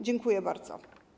Dziękuję bardzo.